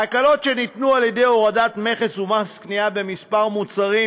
ההקלות שניתנו על ידי הורדת מכס ומס קנייה בכמה מוצרים,